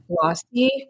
glossy